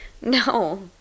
no